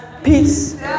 Peace